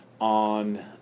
on